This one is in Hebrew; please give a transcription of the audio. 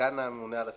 סגן הממונה על השכר.